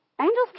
angels